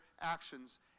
actions